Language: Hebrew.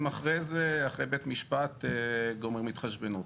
אחרי זה אחרי בבית משפט גומרים התחשבנות.